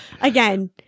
Again